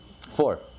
Four